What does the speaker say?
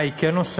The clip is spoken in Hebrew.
מה היא כן עושה?